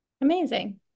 Amazing